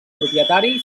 propietari